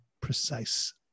precise